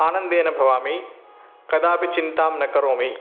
आनन्देन भवामि कदापि चिन्तां न करोमि